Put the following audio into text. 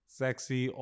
sexy